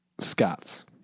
Scots